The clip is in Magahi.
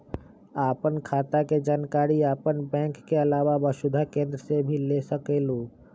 आपन खाता के जानकारी आपन बैंक के आलावा वसुधा केन्द्र से भी ले सकेलु?